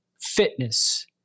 fitness